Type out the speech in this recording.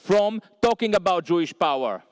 from talking about jewish power